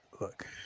Look